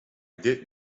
did